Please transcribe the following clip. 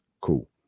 cool